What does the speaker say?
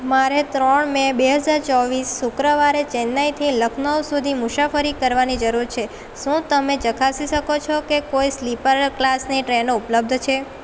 મારે ત્રણ મે બે હજાર ચોવીસ શુક્રવારે ચેન્નાઈથી લખનઉ સુધી મુસાફરી કરવાની જરૂર છે શું તમે ચકાસી શકો છો કે કોઈ સ્લીપર ક્લાસની ટ્રેનો ઉપલબ્ધ છે